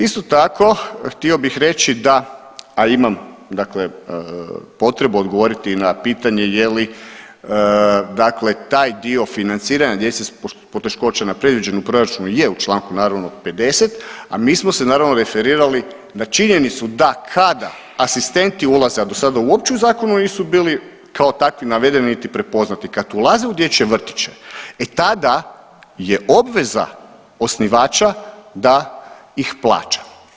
Isto tako, htio bih reći da, a imam dakle potrebu odgovoriti i na pitanje je li dakle taj dio financiranja djece s poteškoćama predviđen u proračunu, je u članku naravno 50., a mi smo se naravno referirali na činjenicu da kada asistenti ulaze, a dosada uopće u zakonu nisu bili kao takvi navedeni niti prepoznati, kad ulaze u dječje vrtiće e tada je obveza osnivača da ih plaća.